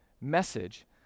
message